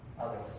others